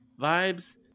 vibes